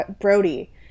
Brody